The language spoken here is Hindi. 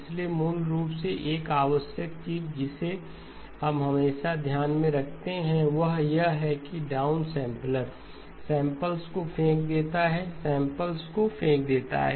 इसलिए मूल रूप से एक आवश्यक चीज जिसे हम हमेशा ध्यान में रखते हैं वह यह है कि डाउन सैंपलर सैंपल्स को फेंक देता है सैंपल्स को फेंक देता है